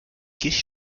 gischt